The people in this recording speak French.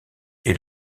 est